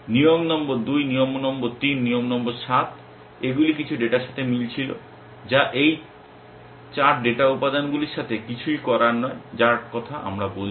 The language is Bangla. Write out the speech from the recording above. নিয়ম নম্বর 2 নিয়ম নম্বর 3 নিয়ম নম্বর 7 এগুলি কিছু ডেটার সাথে মিলছিল যা এই 4 ডেটা উপাদানগুলির সাথে কিছুই করার নয় যার কথা আমরা বলছি